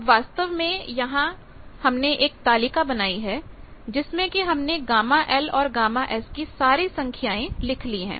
अब वास्तव में हमने यहां एक तालिका बनाई है जिसमें कि हमने γL और γS की सारी संख्याएं ली है